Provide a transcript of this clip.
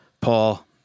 Paul